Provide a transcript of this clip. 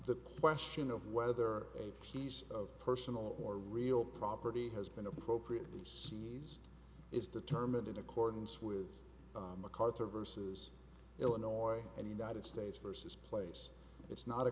the question of whether a piece of personal or real property has been appropriately seized is determined in accordance with mcarthur versus illinois and united states vs place it's not a